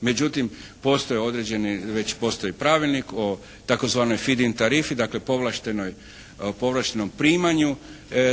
Međutim, postoje određeni već postoji pravilnik o takozvanoj fidin tarifi, dakle povlaštenom primanju